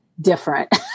different